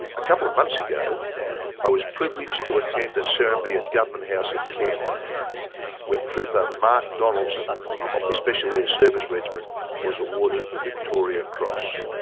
a couple of months ago i was privileged to attend a ceremony at government house in canberra when trooper mark donaldson of the special air service regiment was awarded the victoria cross.